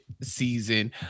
season